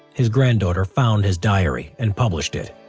his granddaughter found his diary and published it.